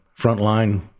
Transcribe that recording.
frontline